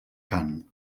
cant